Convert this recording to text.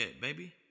baby